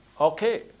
Okay